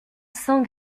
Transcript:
sans